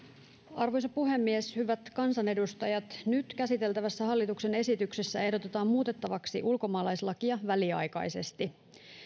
arvoisa puhemies hyvät kansanedustajat nyt käsiteltävässä hallituksen esityksessä ehdotetaan muutettavaksi ulkomaalaislakia väliaikaisesti